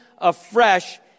afresh